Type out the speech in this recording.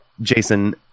Jason